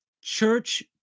church